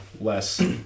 less